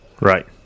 Right